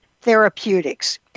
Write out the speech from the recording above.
Therapeutics